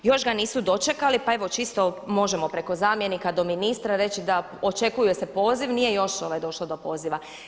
Još ga nisu dočekali, pa evo čisto možemo preko zamjenika do ministra reći da očekuje se poziv, nije još došlo do poziva.